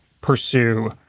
pursue